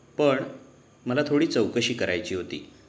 पण मला थोडी चौकशी करायची होती